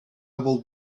will